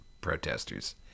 protesters